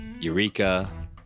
Eureka